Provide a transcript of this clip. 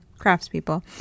Craftspeople